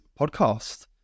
podcast